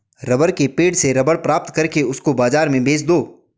rubber के पेड़ से रबर प्राप्त करके उसको बाजार में बेच दो